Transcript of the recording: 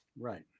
right